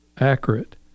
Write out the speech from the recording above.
accurate